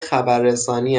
خبررسانی